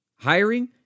Hiring